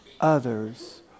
others